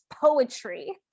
poetry